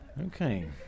Okay